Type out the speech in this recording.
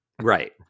Right